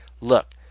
Look